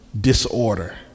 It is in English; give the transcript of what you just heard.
disorder